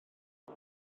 pwy